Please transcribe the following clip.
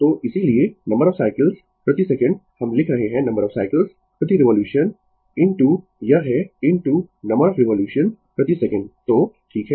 तो इसीलिए number of cycles प्रति सेकंड हम लिख रहे है नंबर ऑफ साइकल्स प्रति रिवोल्यूशन इनटू यह है इनटू नंबर ऑफ रिवोल्यूशन प्रति सेकंड तो ठीक है